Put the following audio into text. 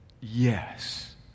Yes